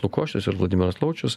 lukošius ir vladimiras laučius